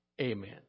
Amen